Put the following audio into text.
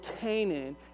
Canaan